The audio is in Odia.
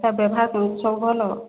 ତା ବ୍ୟବହାର କେମିତି ସବୁ ଭଲ